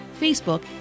Facebook